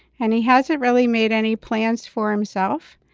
and he hasn't really made any plans for himself.